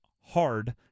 hard